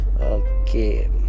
Okay